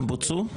הם בוצעו?